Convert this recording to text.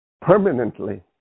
Permanently